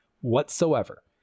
whatsoever